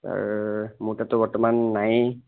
sir মোৰ তাতটো বৰ্তমান নায়েই